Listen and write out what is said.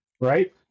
right